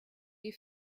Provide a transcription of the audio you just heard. you